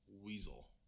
weasel